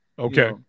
Okay